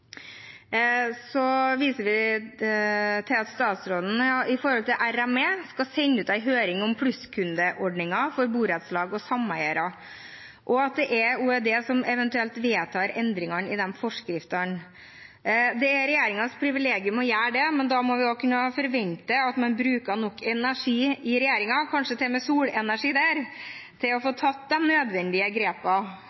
Så viser vi til at statsråden viste til at RME, Reguleringsmyndigheten for energi, skal sende ut en høring om plusskundeordninger for borettslag og sameiere, og at det er Olje- og energidepartementet som eventuelt vedtar endringene i de forskriftene. Det er regjeringens privilegium å gjøre det, men da må vi også kunne forvente at man bruker nok energi i regjeringen, kanskje til og med solenergi der, til å få